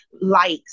likes